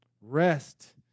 Rest